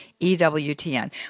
EWTN